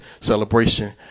celebration